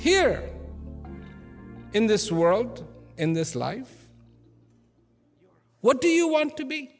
here in this world in this life what do you want to be